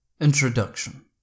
Introduction